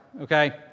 okay